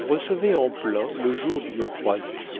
recevait en plein le jour d'une croisée